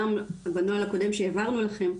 גם בנוהל הקודם שהעברנו לכם,